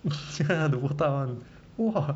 ya the botak [one] !wah!